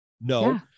No